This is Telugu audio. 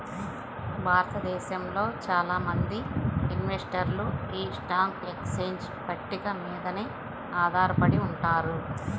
భారతదేశంలో చాలా మంది ఇన్వెస్టర్లు యీ స్టాక్ ఎక్స్చేంజ్ పట్టిక మీదనే ఆధారపడి ఉంటారు